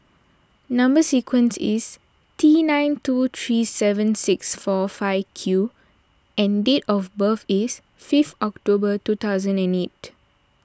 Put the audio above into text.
Number Sequence is T two nine three seven six four five Q and date of birth is fifth October two thousand and eight